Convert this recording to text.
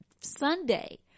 Sunday